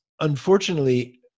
unfortunately